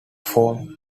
form